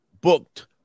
booked